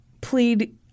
plead